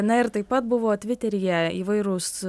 na ir taip pat buvo tviteryje įvairūs